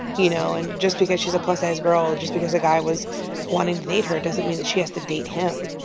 you know? and just because she's a plus-size girl, just because a guy was wanting to date her doesn't mean that she has to date him,